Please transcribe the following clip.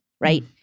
right